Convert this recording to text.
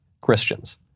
Christians